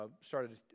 started